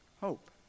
Hope